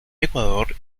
ecuador